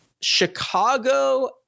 Chicago